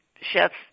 chefs